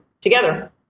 together